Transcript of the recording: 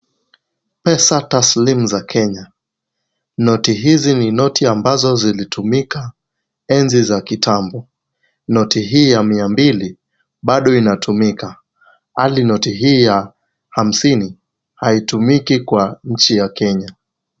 Pesa taslimu za Kenya. Noti hizi ni noti ambazo zilitumika enzi za kitambo. Noti hii ya mia mbili bado inatumika ilhali noti hii ya hamsini haitumiki kwa nchi ya Kenya.